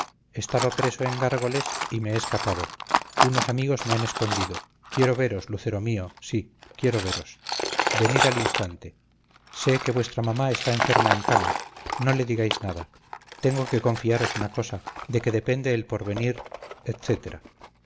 estaba preso en gárgoles y me he escapado unos amigos me han escondido quiero veros lucero mío sí quiero veros venid al instante sé que vuestra mamá está enferma en cama no le digáis nada tengo que confiaros una cosa de que depende el porvenir